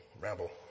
ramble